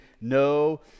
no